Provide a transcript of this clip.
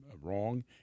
wrong